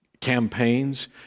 campaigns